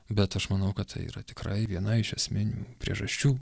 bet aš manau kad tai yra tikrai viena iš esminių priežasčių